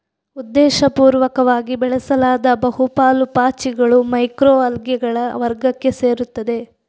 ಉದ್ದೇಶಪೂರ್ವಕವಾಗಿ ಬೆಳೆಸಲಾದ ಬಹು ಪಾಲು ಪಾಚಿಗಳು ಮೈಕ್ರೊ ಅಲ್ಗೇಗಳ ವರ್ಗಕ್ಕೆ ಸೇರುತ್ತವೆ